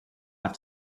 have